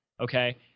Okay